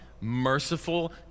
merciful